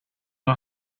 var